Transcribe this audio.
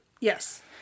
Yes